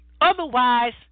Otherwise